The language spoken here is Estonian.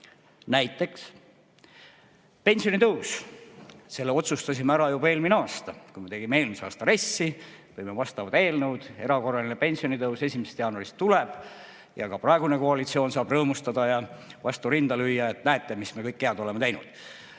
Näiteks pensionitõus. Selle otsustasime ära juba eelmine aasta, kui me tegime eelmise aasta RES‑i, tõime vastavad eelnõud. Erakorraline pensionitõus 1. jaanuarist tuleb ja ka praegune koalitsioon saab rõõmustada ja vastu rinda lüüa, et näete, mis me kõik head oleme teinud.